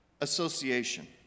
association